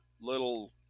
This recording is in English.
little